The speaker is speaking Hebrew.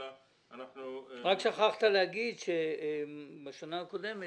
אלא אנחנו --- רק שכחת להגיד שבשנה הקודמת